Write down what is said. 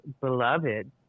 beloved